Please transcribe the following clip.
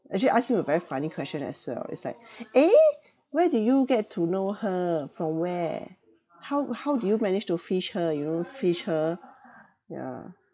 actually asked him a very funny question as well it's like eh where did you get to know her from where how how did you manage to fish her you know fish her yeah